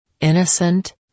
Innocent